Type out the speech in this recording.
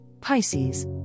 Pisces